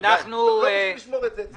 לא בשביל לשמור את זה אצלם.